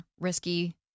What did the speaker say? risky